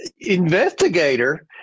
investigator